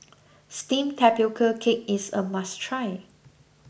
Steamed Tapioca Cake is a must try